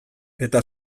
eta